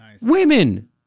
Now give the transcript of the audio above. Women